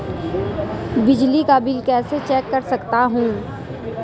बिजली का बिल कैसे चेक कर सकता हूँ?